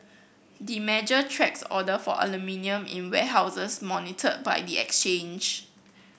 the measure tracks order for aluminium in warehouses monitored by the exchange